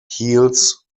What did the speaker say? keels